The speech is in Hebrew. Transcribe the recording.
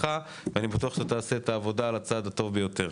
ואני בטוח שתעשה את העבודה על הצד הטוב ביותר.